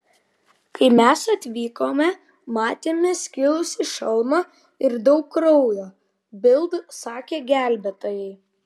kai mes atvykome matėme skilusį šalmą ir daug kraujo bild sakė gelbėtojai